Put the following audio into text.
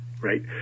right